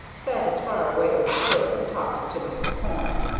sat as far away as he could and talked to mrs. porne.